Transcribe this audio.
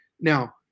Now